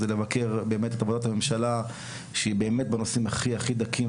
זה לבקר באמת את עבודת הממשלה באמת בנושאים הכי הכי דקים,